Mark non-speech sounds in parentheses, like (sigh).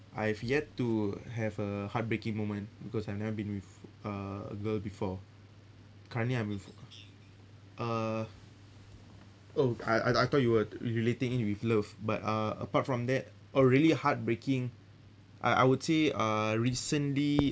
I have yet to have a heartbreaking moment because I've never been with uh a girl before currently I'm with uh (breath) oh I I thought you were you relating it with love but uh apart from that a really heartbreaking I I would say uh recently